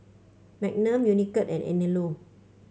Magnum Unicurd and Anello